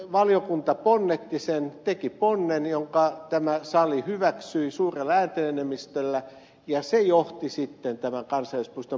valiokunta teki ponnen jonka tämä sali hyväksyi suurella äänten enemmistöllä ja se johti tämän kansallispuiston perustamiseen